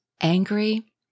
angry